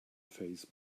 phase